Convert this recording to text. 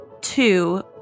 two